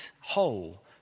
whole